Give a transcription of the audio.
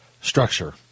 structure